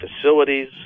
facilities